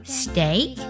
steak